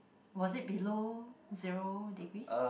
was it below zero degrees